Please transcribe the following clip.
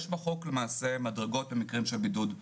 יש בחוק למעשה מדרגות במקרים של בידוד.